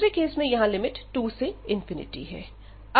दूसरे केस में यहां लिमिट 2 से है